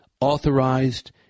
authorized